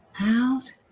out